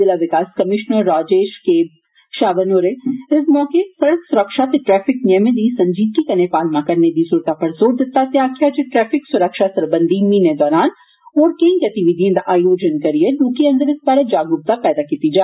जिला विकास commissioner Rajesh K Shavan होरें इस मौके सड़क सुरक्षा ते ट्रैफिक नियमें दी संजीदगी कन्नै पालमा करने दी जरुरता पर ज़ोर दिता ते आक्खेआ जे ट्रैफिक स्रक्षा सरबंधी म्हीने दौरान होर केई गतिविधिएं दा आयोजन करियै लोके अंदर इस बारै जागरुकता पैदा कीती जा